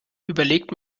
überlegt